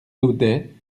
daudet